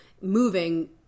moving